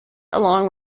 along